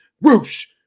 roosh